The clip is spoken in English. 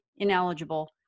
Ineligible